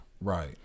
right